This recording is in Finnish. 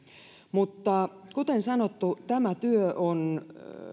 kuten sanottu tämä työ on